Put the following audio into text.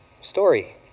story